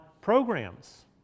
programs